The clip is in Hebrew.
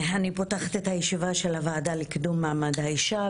אני פותחת את הישיבה של הוועדה לקידום מעמד האישה,